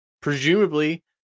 presumably